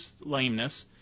lameness